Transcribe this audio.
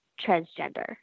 transgender